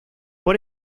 por